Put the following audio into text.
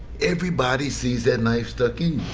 everybody sees that knife stuck in